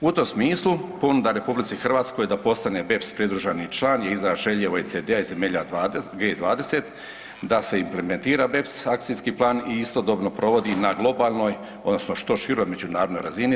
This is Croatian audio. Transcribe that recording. U tom smislu, ponuda RH da postane BEPS pridruženi član je izraz želje OECD-a i zemalja G20 da se implementira BEPS akcijski plan i istodobno provodi na globalnoj odnosno što široj međunarodnoj razini.